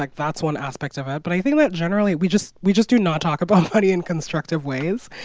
like that's one aspect of it. but i think that generally we just we just do not talk about money in constructive ways,